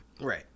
Right